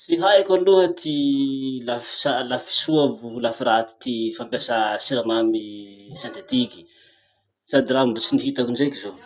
Tsy haiko aloha ty lafitsa- lafisoa vo ho lafiraty ty fampiasà siramamy sentetiky. Sady raha mbo tsy nihitako indraiky zao.